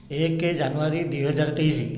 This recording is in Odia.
ଏକ ଜାନୁଆରୀ ଦୁଇ ହଜାର ତେଇଶ